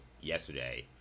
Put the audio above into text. yesterday